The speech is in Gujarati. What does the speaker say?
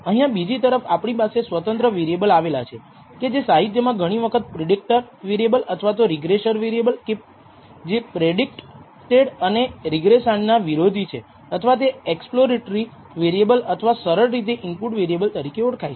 અહીંયા બીજી તરફ આપણી પાસે સ્વતંત્ર વેરિએબલ આવેલા છે કે જે સાહિત્યમાં ઘણી વખત પ્રેડિક્ટર વેરિએબલ અથવા રીગ્રેસર વેરિએબલ કે જે પ્રેડિક્ટેડ અને રિગ્રેસાંડ નો વિરોધી છે અથવા તે એક્સપ્લોરેટરી વેરિએબલ અથવા સરળ રીતે ઈનપુટ વેરિએબલ તરીકે ઓળખાય છે